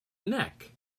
neck